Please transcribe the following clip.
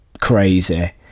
crazy